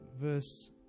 verse